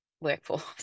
workforce